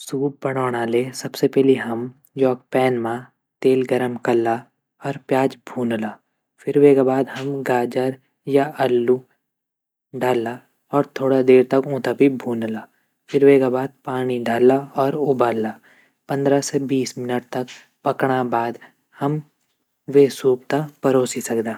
सूप बणोंणा ले सबसे पैली हम योक पैन म तेल गरम कल्ला और प्याज़ भून ला फिर वेगा बाद हम गाजर या आलू डाला और थोड़ा देर तक ऊँ त भी भून ला फिर वेगा बाद पाणी डाला और उबाला पंद्रा से बीस मिनट तक पकणा बाद हम वे सूप त परोसी सकदा।